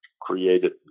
created